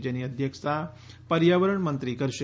જેની અધ્યક્ષતા પર્યાવરણ મંત્રી કરશે